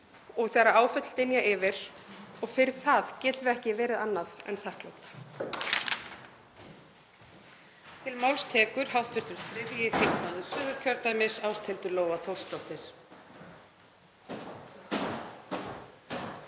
og þegar áföll dynja yfir og fyrir það getum við ekki verið annað en þakklát.